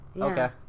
Okay